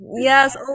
yes